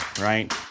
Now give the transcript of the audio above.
right